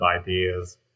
ideas